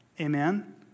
amen